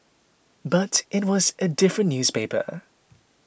but it was a different newspaper